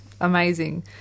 amazing